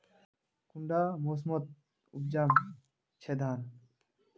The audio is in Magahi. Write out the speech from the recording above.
कुंडा मोसमोत उपजाम छै धान?